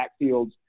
backfields